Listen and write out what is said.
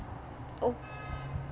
oh